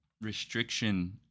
restriction